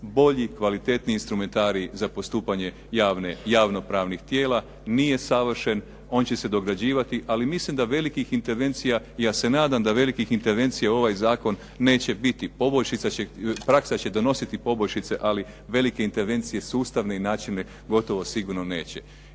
bolji, kvalitetniji instrumentarij za postupanje javno-pravnih tijela. Nije savršen, on će se dograđivati, ali mislim da velikih intervencija, ja se nadam da velikih intervencija ovaj zakon neće biti. Praksa će donositi poboljšice, ali velike intervencije, sustavni načine gotovo sigurno neće.